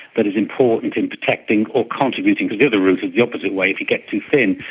that is important in protecting or contributing to do the route of the opposite way, to get too thin,